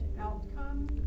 outcome